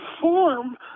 form